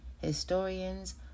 historians